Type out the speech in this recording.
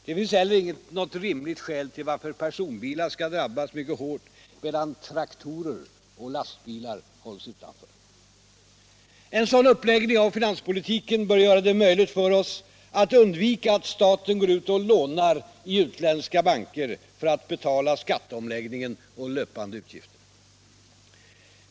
Det finns heller inte något rimligt skäl till att personbilar skall drabbas hårt, medan traktorer och lastbilar hålls utanför. En sådan uppläggning av finanspolitiken bör göra det möjligt för oss Allmänpolitisk debatt Allmänpolitisk debatt att undvika att staten går ut och lånar i utländska banker för att betala skatteomläggningen och löpande utgifter.